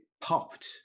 popped